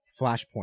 Flashpoint